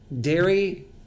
dairy